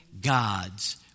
God's